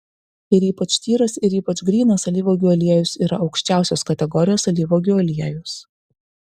ir ypač tyras ir ypač grynas alyvuogių aliejus yra aukščiausios kategorijos alyvuogių aliejus